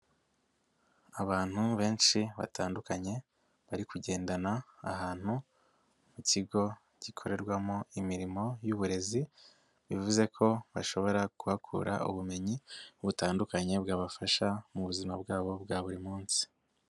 Abantu benshi batandukanye bari kugendana ahantu nk'ikigo gikorerwamo imirimo y'uburezi bivuze ko bashobora kuhakura ubumenyi butandukanye bwabafasha mu buzima bwabo bwa buri munsi.